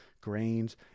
grains